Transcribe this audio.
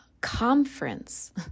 conference